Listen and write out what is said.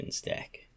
deck